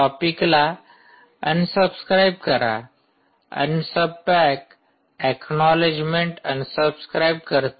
टॉपिकला unsubscribe करा unsuback acknowledgement unsubscribe करते